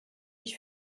ich